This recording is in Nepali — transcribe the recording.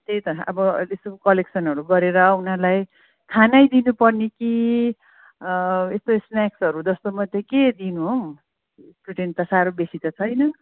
त्यही त अब यसो कलेक्सनहरू गरेर उनीहरूलाई खानै दिनुपर्ने कि यस्तो स्नेक्सहरू जस्तो मात्रै के दिनु हो स्टुडेन्ट त साह्रो बेसी त छैन